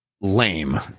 lame